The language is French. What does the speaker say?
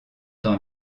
dans